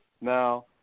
Now